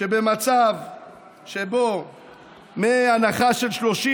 מצב שבו מהנחה של 33%,